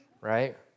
right